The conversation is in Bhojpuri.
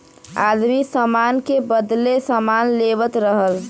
आदमी सामान के बदले सामान लेवत रहल